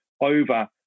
over